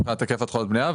מבחינת היקף התחלות הבנייה.